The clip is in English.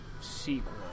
sequel